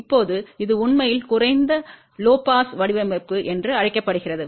இப்போது இது உண்மையில் குறைந்த பாஸ் வடிவமைப்பு என்று அழைக்கப்படுகிறது